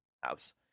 house